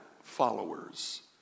followers